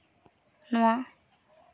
ᱱᱚᱣᱟ